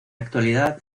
actualidad